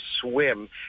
swim